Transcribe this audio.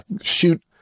shoot